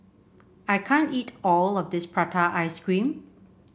I can't eat all of this Prata Ice Cream